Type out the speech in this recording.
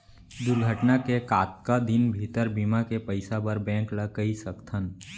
दुर्घटना के कतका दिन भीतर बीमा के पइसा बर बैंक ल कई सकथन?